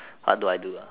what do I do ah